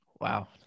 Wow